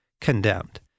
condemned